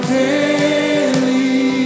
daily